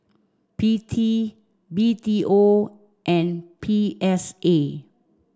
P T B T O and P S A